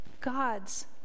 God's